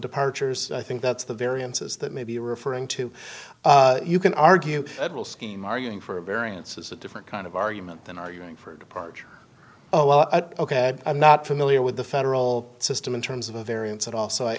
departures i think that's the variances that maybe you're referring to you can argue it will scheme arguing for a variance is a different kind of argument than arguing for departure oh well ok i'm not familiar with the federal system in terms of a variance at all so i